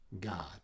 God